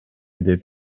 деп